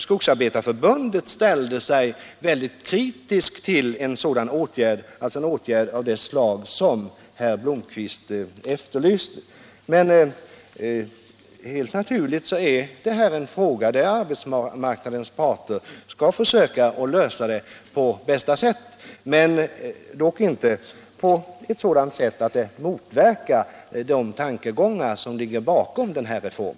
Skogsarbetareförbundet ställde sig mycket kritiskt till en åtgärd av det slag som herr Blomkvist efterlyste. Helt naturligt är detta en fråga som arbetsmarknadens parter skall försöka lösa på bästa sätt — dock inte på ett sådant sätt att det motverkar de tankegångar som ligger bakom denna reform.